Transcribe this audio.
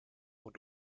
und